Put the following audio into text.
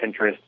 Pinterest